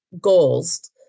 goals